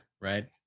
right